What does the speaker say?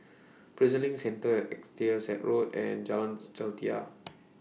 Prison LINK Centre Exeter Road and Jalan Jelita